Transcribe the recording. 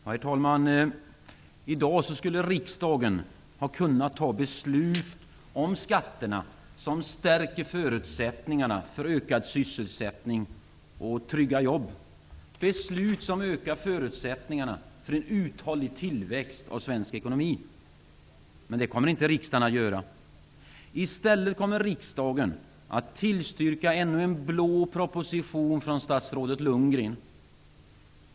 Herr talman! I dag skulle riksdagen ha kunnat fatta beslut om skatterna som stärkt förutsättningarna för ökad sysselsättning och trygga jobb; beslut som ökat förutsättningarna för en uthållig tillväxt av svensk ekonomi. Men det kommer inte riksdagen att göra. I stället kommer riksdagen att tillstyrka ännu en blå proposition från statsrådet Lundgren.